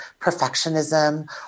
perfectionism